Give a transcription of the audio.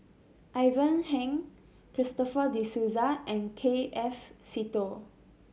Ivan Heng Christopher De Souza and K F Seetoh